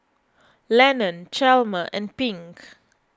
Lennon Chalmer and Pink